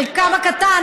חלקם הקטן,